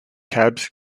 cabs